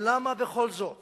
ולמה בכל זאת